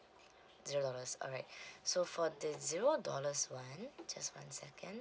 zero dollars alright so for the zero dollars one just one second